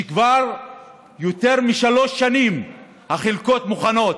כשכבר יותר משלוש שנים החלקות מוכנות